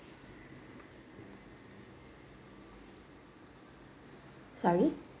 sorry